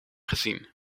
gezien